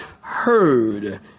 heard